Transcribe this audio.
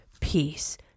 Peace